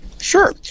Sure